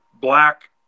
black